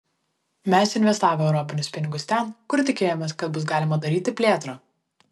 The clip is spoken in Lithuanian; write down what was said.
mes investavę europinius pinigus ten kur tikėjomės kad bus galima daryti plėtrą